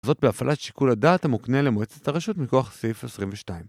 זאת בהפעלת שיקול הדעת המוקנה למועצת הרשות מכוח הסעיף 22.